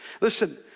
Listen